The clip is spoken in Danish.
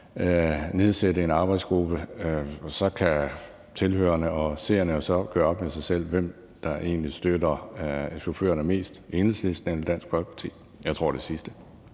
nedsætte en arbejdsgruppe, og så kan tilhørerne og seerne jo så gøre op med sig selv, hvem der egentlig støtter chaufførerne mest: Enhedslisten eller Dansk Folkeparti. Jeg tror det sidste.